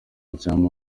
icyampa